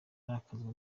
arakazwa